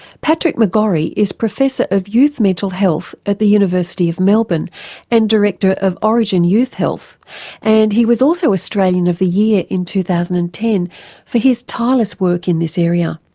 patrick mcgorry is professor youth mental health at the university of melbourne and director of orygen youth health and he was also australian of the year in two thousand and ten for his tireless work in this area.